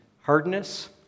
Hardness